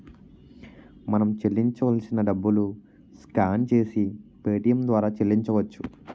మనం చెల్లించాల్సిన డబ్బులు స్కాన్ చేసి పేటియం ద్వారా చెల్లించవచ్చు